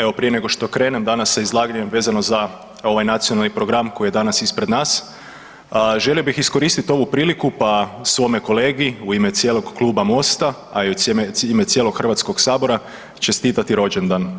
Evo prije nego što krenem danas s izlaganjem vezano za ovaj nacionalni program koji je danas ispred nas, želio bih iskoristiti ovu priliku pa svome kolegi u ime cijelog kluba Mosta, a i u ime cijelog HS-a čestitati rođendan.